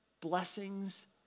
blessings